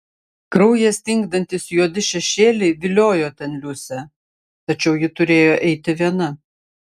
kraują stingdantys juodi šešėliai viliojo ten liusę tačiau ji turėjo eiti viena